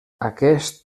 aquest